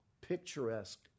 picturesque